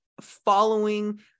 following